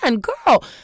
girl